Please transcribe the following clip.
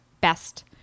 best